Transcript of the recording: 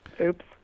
Oops